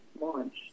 launch